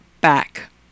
back